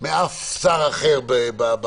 מאף שר בממשלה.